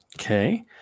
Okay